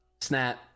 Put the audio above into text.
Snap